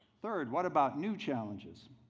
third, what about new challenges?